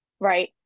right